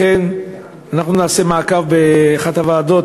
לכן אנחנו נעשה מעקב באחת הוועדות,